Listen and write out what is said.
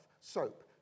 soap